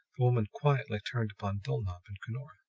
the woman quietly turned upon dulnop and cunora.